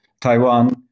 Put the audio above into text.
Taiwan